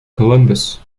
columbus